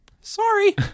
Sorry